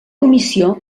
comissió